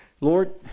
Lord